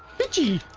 bitchy